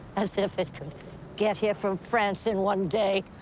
as if it could get here from france in one day.